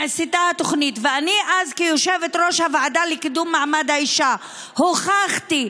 אני אז כיושבת-ראש הוועדה לקידום מעמד האישה הוכחתי,